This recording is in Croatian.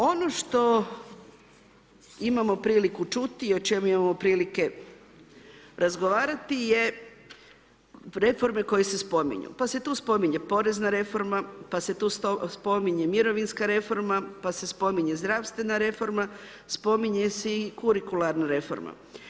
Ono što imamo priliku čuti, o čemu imamo prilike razgovarati je, reforme koje se spominju, pa se tu spominje Porezna reforma, pa se tu spominje Mirovinska reforma, pa se spominje Zdravstvena reforma, spominje se i Kurikularna reforma.